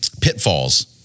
pitfalls